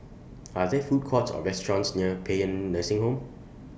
Are There Food Courts Or restaurants near Paean Nursing Home